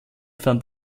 fand